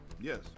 Yes